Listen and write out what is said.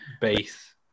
base